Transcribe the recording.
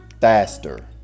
faster